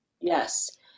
Yes